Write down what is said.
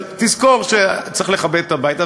אבל תזכור שצריך לכבד את הבית הזה.